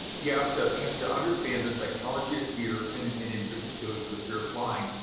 you have to have to understand the psychology of fear, and in in particular, and the fear of flying.